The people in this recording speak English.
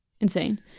insane